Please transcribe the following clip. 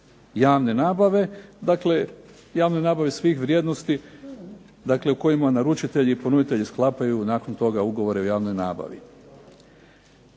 javne nabave, dakle javne nabave svih vrijednosti u kojima naručitelji i ponuditelji sklapaju nakon toga ugovore o javnoj nabavi.